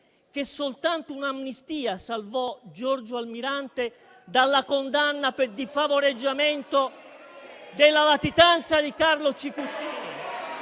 che soltanto un'amnistia salvò Giorgio Almirante dalla condanna di favoreggiamento della latitanza di Carlo Cicuttini...